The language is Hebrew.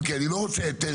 רוצה אחרון אחרון חביב.